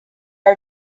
are